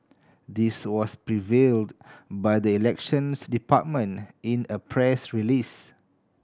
this was revealed by the Elections Department in a press release